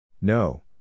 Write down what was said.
No